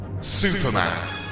Superman